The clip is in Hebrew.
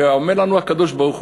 ואומר לנו הקדוש-ברוך-הוא,